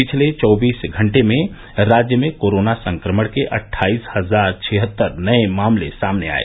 पिछले चौबीस घंटे में राज्य में कोरोना संक्रमण के अट्ठाईस हजार छिहत्तर नये मामले सामने आये